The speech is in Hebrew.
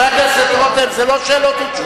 חבר הכנסת רותם, זה לא שאלות ותשובות.